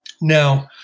Now